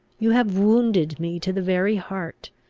you have wounded me to the very heart,